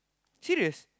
serious